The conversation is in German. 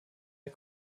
der